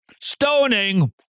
stoning